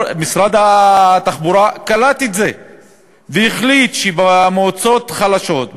משרד התחבורה קלט את זה והחליט שבמועצות חלשות,